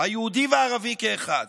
היהודי והערבי כאחד.